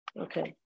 Okay